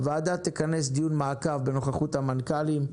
הוועדה תכנס דיון מעקב בנוכחות המנכ"לים,